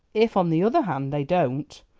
if, on the other hand, they don't,